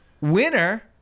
Winner